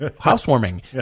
housewarming